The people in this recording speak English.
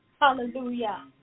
hallelujah